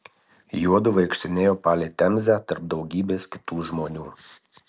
juodu vaikštinėjo palei temzę tarp daugybės kitų žmonių